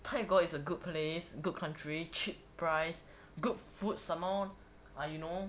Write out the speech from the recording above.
泰国 is a good place good country cheap price good food some more ah you know